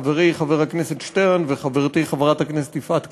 חברי חבר הכנסת שטרן וחברתי חברת הכנסת יפעת קריב.